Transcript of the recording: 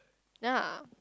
then uh